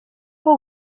wol